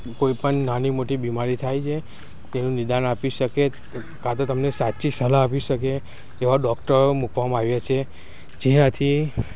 કોઈ પણ નાની મોટી બીમારી થાય છે તેનું નિદાન આપી શકે કાં તો તમને સાચી સલાહ આપી શકે તેવા ડોકટરો મૂકવામાં આવ્યા છે જ્યાંથી